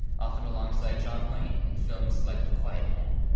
often alongside john wayne in films like the quiet man.